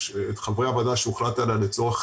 אחד הדברים שהם ראו לנכון זה לקדם